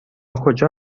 کجا